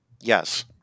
Yes